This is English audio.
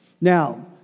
Now